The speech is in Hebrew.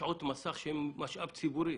שעות מסך שהם משאב ציבורי,